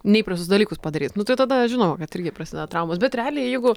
neįprastus dalykus padaryt nu tai tada žinoma kad irgi prasideda traumos bet realiai jeigu